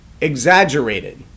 exaggerated